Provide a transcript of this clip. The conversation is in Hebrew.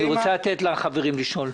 אני רוצה לאפשר לחברים לשאול.